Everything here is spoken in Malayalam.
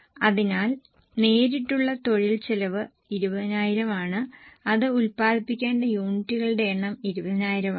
അതിനാൽ നേരിട്ടുള്ള തൊഴിൽ ചെലവ് 20000 ആണ് അത് ഉൽപ്പാദിപ്പിക്കേണ്ട യൂണിറ്റുകളുടെ എണ്ണം 20000 ആണ്